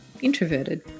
introverted